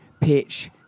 pitch